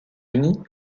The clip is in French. unis